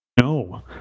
No